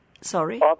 Sorry